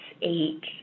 eight